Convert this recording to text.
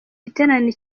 giterane